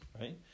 right